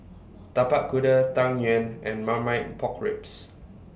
Tapak Kuda Tang Yuen and Marmite Pork Ribs